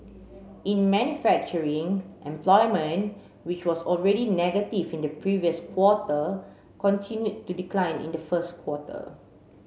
in manufacturing employment which was already negative in the previous quarter continued to decline in the first quarter